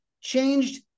changed